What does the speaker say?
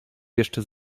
jeszcze